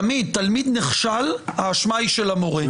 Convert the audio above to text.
תמיד, תלמיד נכשל האשמה היא של המורה.